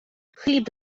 хліб